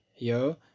yo